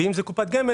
ואם זה קופת גמל,